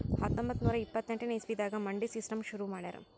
ಹತ್ತೊಂಬತ್ತ್ ನೂರಾ ಇಪ್ಪತ್ತೆಂಟನೇ ಇಸವಿದಾಗ್ ಮಂಡಿ ಸಿಸ್ಟಮ್ ಶುರು ಮಾಡ್ಯಾರ್